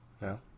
No